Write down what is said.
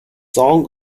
song